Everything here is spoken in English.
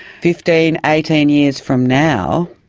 fifteen, eighteen years from now,